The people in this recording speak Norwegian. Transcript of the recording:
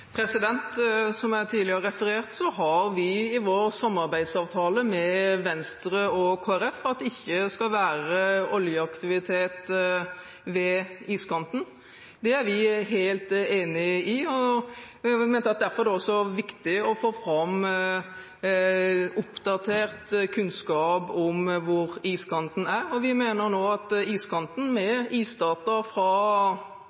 Som jeg tidligere har referert til, står det i vår samarbeidsavtale med Venstre og Kristelig Folkeparti at det ikke skal være oljeaktivitet ved iskanten. Det er vi helt enig i, og derfor mente vi det var viktig å få fram oppdatert kunnskap om hvor iskanten er. Vi mener nå at iskanten, med isdata fra